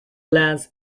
lance